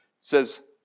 says